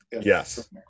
yes